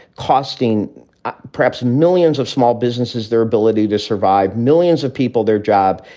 costing perhaps millions of small businesses their ability to survive. millions of people, their job,